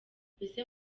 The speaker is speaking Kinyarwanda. mbese